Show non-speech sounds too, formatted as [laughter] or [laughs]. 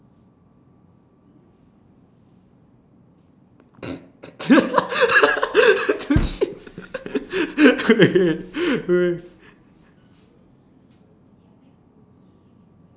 [laughs] shit [laughs] okay